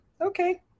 Okay